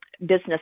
business